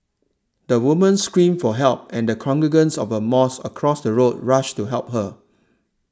the woman screamed for help and congregants of a mosque across the road rushed to help her